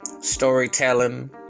storytelling